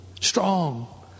Strong